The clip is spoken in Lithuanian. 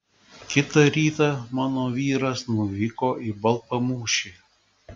kitą rytą mano vyras nuvyko į baltpamūšį